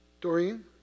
Doreen